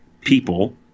people